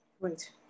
Great